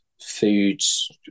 foods